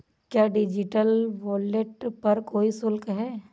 क्या digital wallet पर कोई शुल्क है?